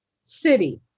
City